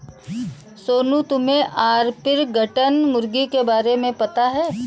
सोनू, तुम्हे ऑर्पिंगटन मुर्गी के बारे में पता है?